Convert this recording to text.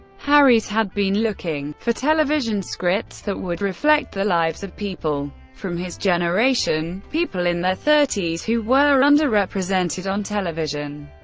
harries had been looking for television scripts that would reflect the lives of people from his generation people in their thirty s who were under-represented on television.